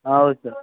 ಹೌದಾ ಸ